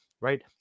right